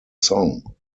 song